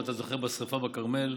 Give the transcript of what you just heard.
אם אתה זוכר, בשרפה בכרמל.